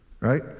right